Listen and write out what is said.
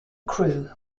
crew